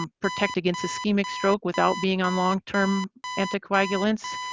um protect against ischemic stroke without being on long term anticoagulants.